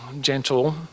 gentle